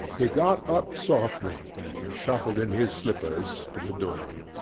he got up softly and shuffled in his slippers to the door.